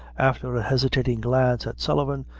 after a hesitating glance at sullivan,